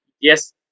yes